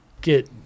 get